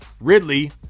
Ridley